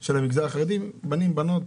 של המגזר החרדי, בנים/בנות.